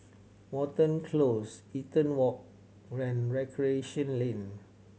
Watten Close Eaton Walk and Recreation Lane